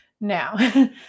Now